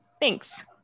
Thanks